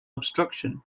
obstruction